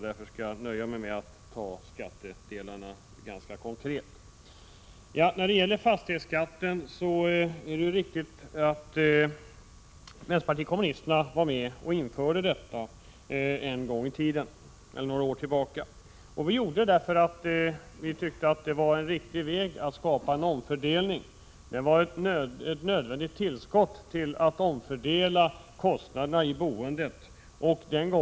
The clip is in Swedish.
Jag skall nöja mig med att ganska konkret diskutera skatterna. Det är riktigt att vänsterpartiet kommunisterna var med och införde fastighetsskatten en gång i tiden. Vi var med och införde fastighetsskatten för att vi tyckte det var en riktig väg att skapa en omfördelning. Skatten var ett nödvändigt tillskott för att omfördela kostnaderna i boendet.